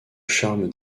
charme